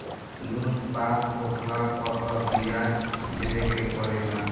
loan pass होखला पअ बियाज देवे के पड़ेला